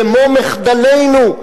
במו-מחדלינו,